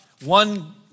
one